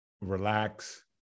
relax